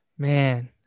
Man